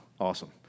Awesome